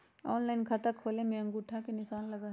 Online खाता खोले में अंगूठा के निशान लगहई?